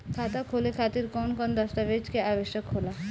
खाता खोले खातिर कौन कौन दस्तावेज के आवश्यक होला?